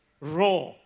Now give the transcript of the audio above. Raw